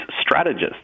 strategist